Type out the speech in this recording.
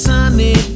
Sunny